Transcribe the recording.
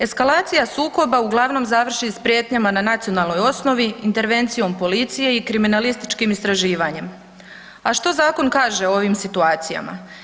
Eskalacija sukoba uglavnom završi s prijetnjama na nacionalnoj osnovi intervencijom policije i kriminalističkim istraživanjem, a što zakon kaže o ovim situacijama?